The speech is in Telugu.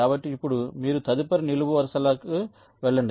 కాబట్టి ఇప్పుడు మీరు తదుపరి నిలువు వరుసలకు వెళ్లండి